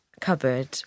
cupboard